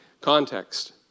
context